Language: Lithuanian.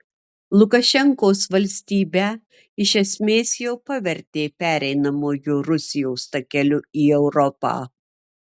lukašenkos valstybę iš esmės jau pavertė pereinamuoju rusijos takeliu į europą